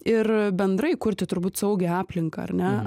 ir bendrai kurti turbūt saugią aplinką ar ne